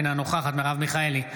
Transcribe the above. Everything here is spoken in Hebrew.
אינה נוכחת מרב מיכאלי,